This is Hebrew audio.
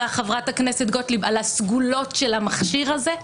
חברת הכנסת גוטליב על הסגולות של המכשיר הזה,